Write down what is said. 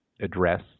address